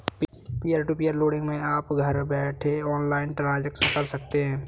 peer to peer lending मै आप घर बैठे ऑनलाइन ट्रांजेक्शन कर सकते है